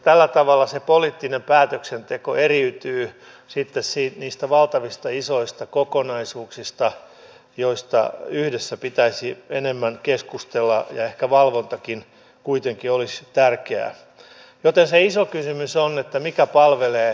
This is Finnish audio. tällä tavalla se poliittinen päätöksenteko eriytyy sitten niistä valtavista isoista kokonaisuuksista joista yhdessä pitäisi enemmän keskustella ja ehkä valvontakin kuitenkin olisi tärkeää joten se iso kysymys on mikä palvelee kokonaisuutta